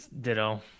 Ditto